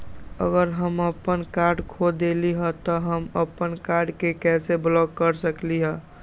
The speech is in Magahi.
अगर हम अपन कार्ड खो देली ह त हम अपन कार्ड के कैसे ब्लॉक कर सकली ह?